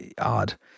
odd